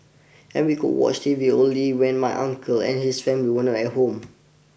and we could watch T V only when my uncle and his family were not at home